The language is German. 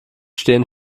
stehen